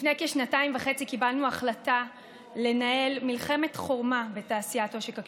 לפני כשנתיים וחצי קיבלנו החלטה לנהל מלחמת חורמה בתעשיית עושק הקשישים,